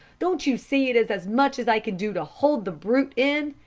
don't you see it is as much as i can do to hold the brute in?